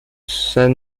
san